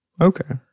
Okay